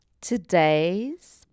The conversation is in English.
Today's